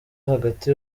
hagati